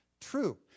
True